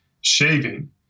shaving